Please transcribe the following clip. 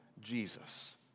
Jesus